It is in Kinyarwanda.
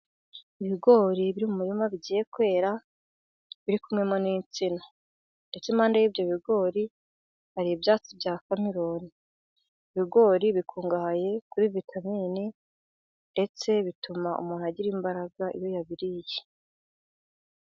Ibigori biri mu murima bigiye kwera, biri kumwe n'insina. Ndetse impande y'ibyo bigori, hari ibyatsi bya kameruni. Ibigori bikungahaye kuri vitamine, ndetse bituma umuntu agira imbaraga iyo yabiriye.